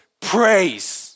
praise